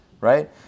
right